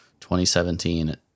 2017